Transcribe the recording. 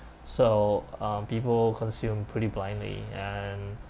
so um people consume pretty blindly and